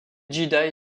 jedi